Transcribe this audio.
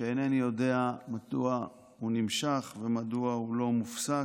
שאינני יודע מדוע הוא נמשך ומדוע הוא לא מופסק.